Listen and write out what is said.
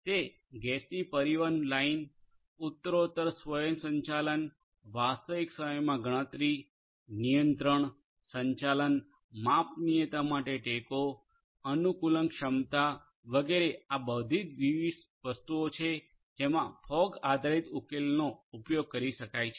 તે ગેસની પરિવહન લાઇન ઉત્તરોત્તર સ્વયસંચાલન વાસ્તવિક સમયમા ગણતરી નિયંત્રણ સંચાલન માપનીયતા માટે ટેકો અનુકૂલનક્ષમતા વગેરે આ બધી વિવિધ વસ્તુઓ છે જેમા ફોગ આધારિત ઉકેલનો ઉપયોગ કરી શકાય છે